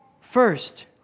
First